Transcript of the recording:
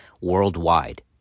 worldwide